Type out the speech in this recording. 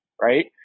right